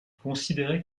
considérait